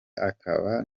akaba